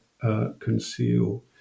conceal